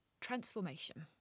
transformation